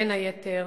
בין היתר,